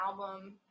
album